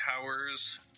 towers